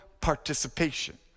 participation